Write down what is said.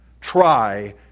try